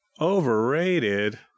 Overrated